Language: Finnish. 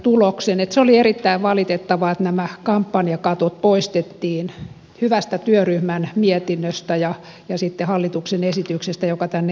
se oli erittäin valitettavaa että nämä kampanjakatot poistettiin hyvästä työryhmän mietinnöstä ja sitten hallituksen esityksestä joka tänne eduskuntaan tuli